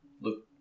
look